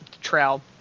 trail